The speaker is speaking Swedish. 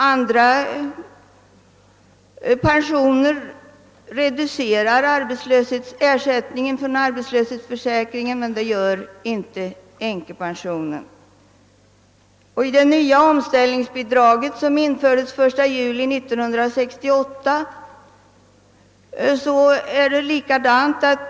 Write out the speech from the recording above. Andra pensioner reducerar ersättningen från arbetslöshetsförsäkringen, men det gör inte änkepensionen. Bestämmelserna för det nya omställningsbidraget, som infördes den 1 juli 1968, fungerar på samma sätt.